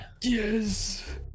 Yes